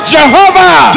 Jehovah